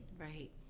Right